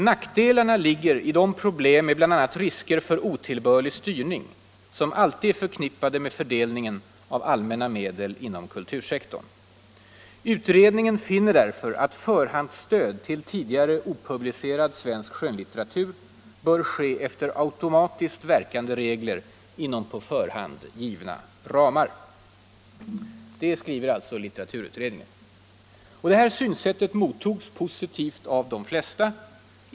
Nackdelarna ligger i de problem med bl.a. risker för otillbörlig styrning som alltid är förknippade med fördelningen av allmänna medel inom kultursektorn. Utredningen finner därför att förhandsstöd till tidigare opublicerad svensk skönlitteratur bör ske efter automatiskt verkande regler inom på förhand givna ramar.” Det synsättet mottogs positivt av de flesta.